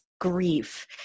grief